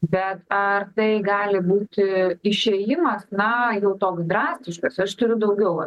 bet ar tai gali būti išėjimas na gal toks drastiškas aš turiu daugiau